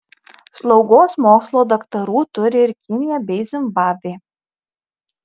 slaugos mokslo daktarų turi ir kinija bei zimbabvė